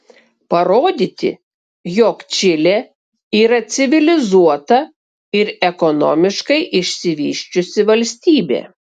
parodyti jog čilė yra civilizuota ir ekonomiškai išsivysčiusi valstybė